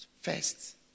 first